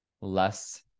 less